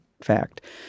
fact